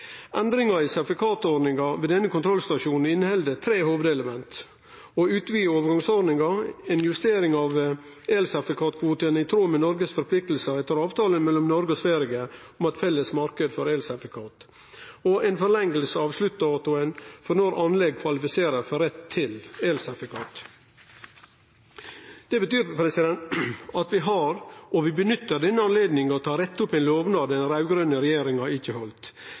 Endringar i sertifikatordninga ved denne kontrollstasjonen inneheld tre hovudelement: å utvide overgangsordninga ei justering av elsertifikatkvotane i tråd med Noreg sine forpliktingar etter avtalen mellom Noreg og Sverige om ein felles marknad for elsertifikat ei forlenging av sluttdatoen for når anlegg kvalifiserer for rett til elsertifikat Det betyr at vi har og nyttar denne anledninga til å rette opp ein lovnad den raud-grøne regjeringa ikkje